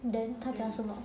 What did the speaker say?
then 他讲什么